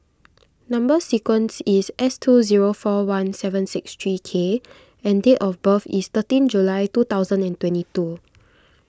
Number Sequence is S two zero four one seven six three K and date of birth is thirteen July two thousand and twenty two